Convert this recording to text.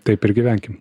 taip ir gyvenkim